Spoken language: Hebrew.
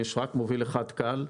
יש רק מוביל אחד קל,